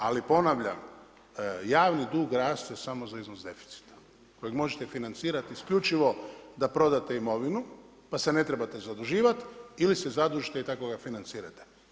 Ali ponavljam, javi dug raste samo za iznos deficita kojeg možete financirati isključivo da prodate imovinu, pa se ne trebate zaduživati ili se zadužite i tako ga financirate.